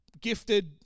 gifted